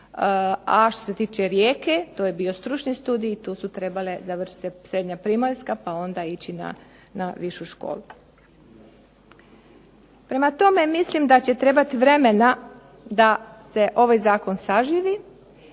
A što se tiče Rijeke to je bio stručni studij i tu su trebale završiti se srednja primaljska pa onda ići na višu školu. Prema tome, mislim da će trebati vremena da se ovaj zakon saživi